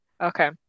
Okay